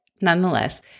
nonetheless